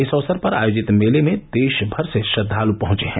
इस अवसर पर आयोजित मेले में देश भर से श्रद्वाल् पहुंचे हैं